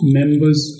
members